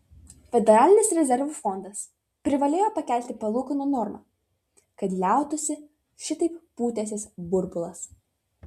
federalinis rezervų fondas privalėjo pakelti palūkanų normą kad liautųsi šitaip pūtęsis burbulas